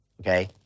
okay